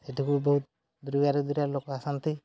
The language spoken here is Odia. ସେଠିକୁ ବହୁତ ଦୂରିବାର ଦୂରର ଲୋକ ଆସନ୍ତି